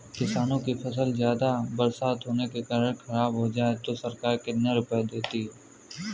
किसानों की फसल ज्यादा बरसात होने के कारण खराब हो जाए तो सरकार कितने रुपये देती है?